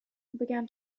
began